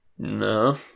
No